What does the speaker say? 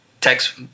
text